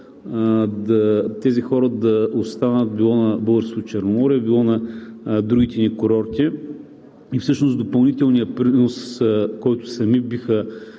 тези хора да останат било на Българското Черноморие, било на другите ни курорти. И всъщност допълнителният принос, който сами биха